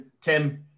Tim